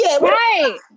Right